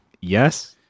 yes